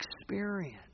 experience